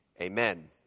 amen